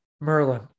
Merlin